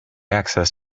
access